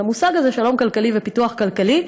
על המושג הזה שלום כלכלי ופיתוח כלכלי,